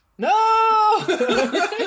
No